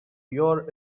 your